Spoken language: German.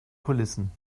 kulissen